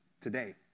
today